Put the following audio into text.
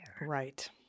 Right